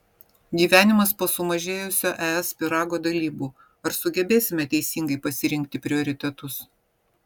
gyvenimas po sumažėjusio es pyrago dalybų ar sugebėsime teisingai pasirinkti prioritetus